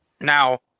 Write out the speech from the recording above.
Now